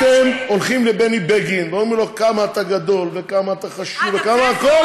אתם הולכים לבני בגין ואומרים לו: כמה אתה גדול וכמה אתה חשוב,